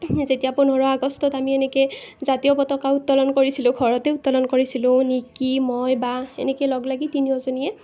যেতিয়া পোন্ধৰ আগষ্টত আমি এনেকৈ জাতীয় পতাকা উত্তোলন কৰিছিলো ঘৰতে উত্তোলন কৰিছিলো নিকি মই বা এনেকৈ লগলাগি তিনিওজনীয়ে